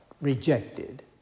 rejected